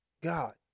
God